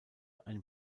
ein